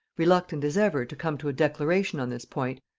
reluctant as ever to come to a declaration on this point,